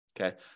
Okay